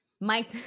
Mike